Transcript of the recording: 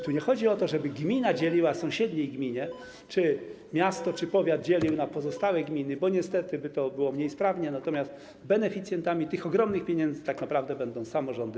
Tu nie chodzi o to, żeby gmina dzieliła sąsiedniej gminie czy miasto lub powiat dzieliły na pozostałe gminy, bo niestety to byłoby mniej sprawnie, natomiast chodzi o to, że beneficjentami tych ogromnych pieniędzy tak naprawdę będą samorządy.